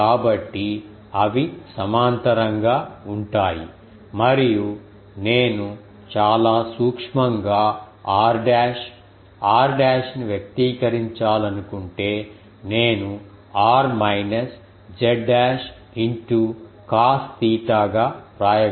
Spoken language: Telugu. కాబట్టి అవి సమాంతరంగా ఉంటాయి మరియు నేను చాలా సూక్ష్మంగా r డాష్ r డాష్ ను వ్యక్తీకరించాలనుకుంటే నేను r minus z dash into cos theta గా వ్రాయగలను